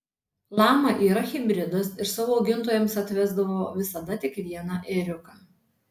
lama yra hibridas ir savo augintojams atvesdavo visada tik vieną ėriuką